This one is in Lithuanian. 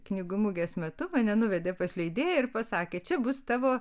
knygų mugės metu mane nuvedė pas leidėją ir pasakė čia bus tavo